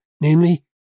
namely